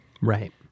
Right